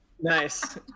Nice